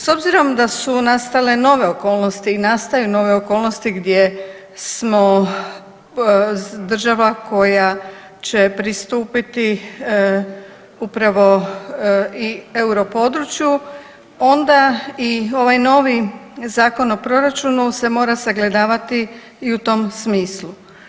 S obzirom da su nastale nove okolnosti i nastaju nove okolnosti gdje smo država koja će pristupiti upravo i europodručju onda i ovaj novi Zakon o proračunu se mora sagledavati i u tom smislu.